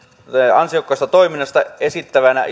ansiokkaasta toiminnasta esittävänä